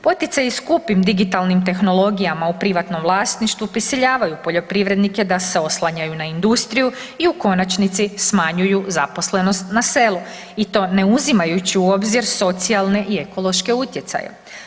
Poticaji skupim digitalnim tehnologijama u privatnom vlasništvu prisiljavaju poljoprivrednike da se oslanjaju na industriju i u konačnici smanjuju zaposlenost na selu i to ne uzimajući u obzir socijalne i ekološke utjecaje.